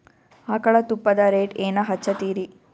ಆಕಳ ತುಪ್ಪದ ರೇಟ್ ಏನ ಹಚ್ಚತೀರಿ?